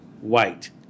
white